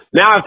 now